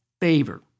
favor